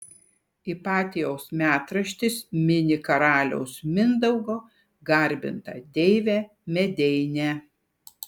ipatijaus metraštis mini karaliaus mindaugo garbintą deivę medeinę